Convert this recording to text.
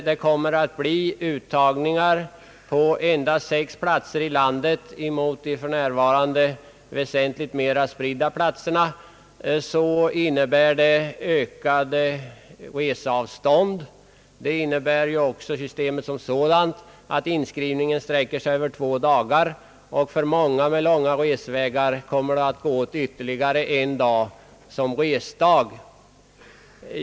Inskrivning på endast sex platser i landet mot för närvarande väsentligt fler platser medför ökade reseavstånd. Systemet som sådant innebär också att inskrivningen utsträcks till två dagar. För många ungdomar med lång resväg kommer det att gå åt ytterligare en dag såsom resdag.